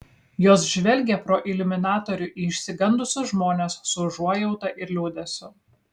jos žvelgė pro iliuminatorių į išsigandusius žmones su užuojauta ir liūdesiu